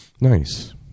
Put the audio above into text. Nice